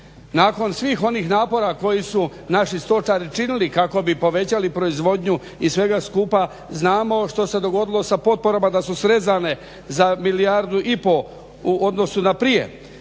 nakon svih ovih napora koji su naši stočari činili kako bi povećali proizvodnju i svega skupa. Znamo što se dogodilo sa potporama da su srezane za milijardu i pol u odnosu na prije